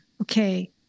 Okay